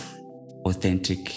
authentic